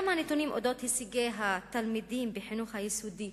גם הנתונים על אודות הישגי התלמידים בחינוך היסודי